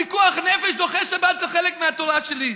פיקוח נפש דוחה שבת זה חלק מהתורה שלי.